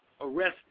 arrested